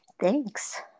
Thanks